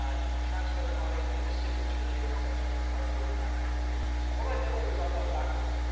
you can transfer the money. i need a signature here accepting the proposal, and that's what we're going to use. what i then do is i work backwards.